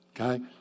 okay